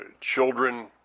children